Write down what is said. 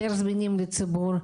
יותר זמינים לציבור,